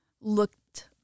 looked